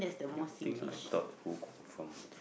you think I thought who confirm